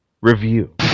review